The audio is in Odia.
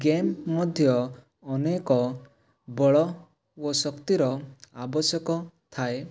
ଗେମ୍ ମଧ୍ୟ ଅନେକ ବଳ ଓ ଶକ୍ତିର ଆବଶ୍ୟକ ଥାଏ